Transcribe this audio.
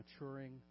maturing